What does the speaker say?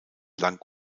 lang